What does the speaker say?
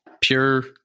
pure